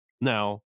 Now